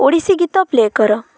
ଓଡ଼ିଶୀ ଗୀତ ପ୍ଲେ କର